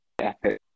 epic